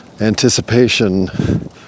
anticipation